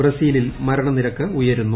ബ്രസീലിൽ മരണനിരക്ക് ഉയരുന്നു